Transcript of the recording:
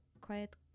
quiet